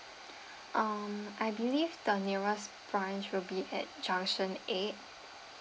um I believe the nearest branch will be at junction eight